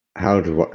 how do.